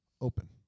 open